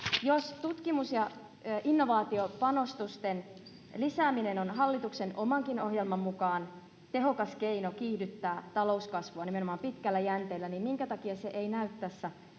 Jos tutkimus‑ ja innovaatiopanostusten lisääminen on hallituksen omankin ohjelman mukaan tehokas keino kiihdyttää talouskasvua nimenomaan pitkällä jänteellä, niin minkä takia se ei näy tässä